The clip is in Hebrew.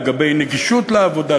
לגבי נגישות לעבודה,